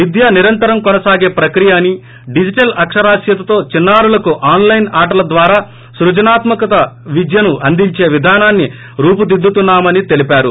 విద్య నిరంతరం కొనసాగే ప్రక్రియ అని డిజిటల్ అక్షరాస్యతతో చిన్నారులకు ఆస్ లైస్ ఆటల ద్వారా సృజనాత్మక విద్యను అందించే విధానాన్ని రూపుదిద్దుతున్నామని తెలిపారు